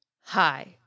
Hi